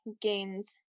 gains